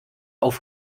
auf